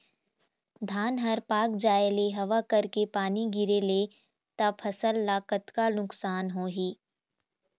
धान हर पाक जाय ले हवा करके पानी गिरे ले त फसल ला कतका नुकसान होही?